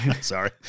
Sorry